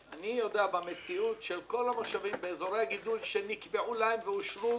אני יודע שבמציאות של כל המושבים באזורי הגידול שנקבעו להם ואושרו